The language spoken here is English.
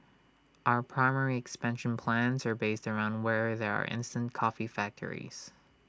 our primary expansion plans are based around where there are instant coffee factories